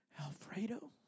Alfredo